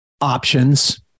options